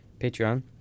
Patreon